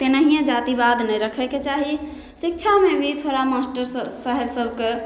तेनाहिए जातिवाद नहि रखैके चाही शिक्षामे भी थोड़ा मास्टर साहेब सभके